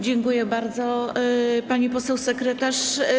Dziękuję bardzo, pani poseł sekretarz.